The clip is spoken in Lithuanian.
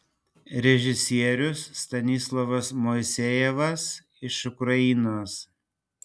režisierius stanislovas moisejevas iš ukrainos